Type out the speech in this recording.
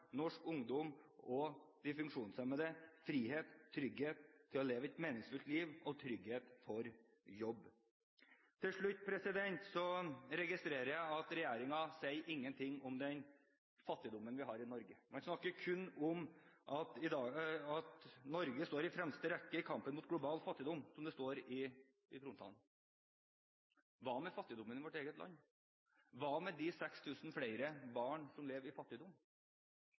norsk ungdom og funksjonshemmede frihet og trygghet til å leve et meningsfylt liv og trygghet for jobb. Til slutt registrerer jeg at regjeringen ikke sier noe om den fattigdommen vi har i Norge, men snakker kun om at «Norge står i fremste rekke i kampen mot global fattigdom», som det står i trontalen. Hva med fattigdommen i vårt eget land? Hva med de 6 000 flere barna som lever i fattigdom?